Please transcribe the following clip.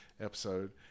episode